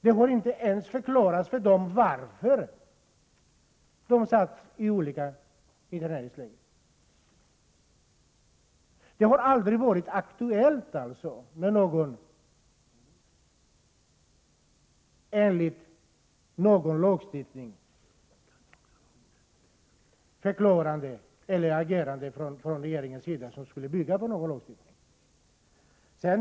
Det har inte ens förklarats för dem varför de sattes i olika interneringsläger. Det har aldrig varit aktuellt med någon lagstiftning eller någon förklaring till agerandet från regeringen med hänvisning till någon lag.